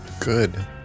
good